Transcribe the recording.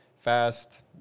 fast